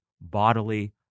bodily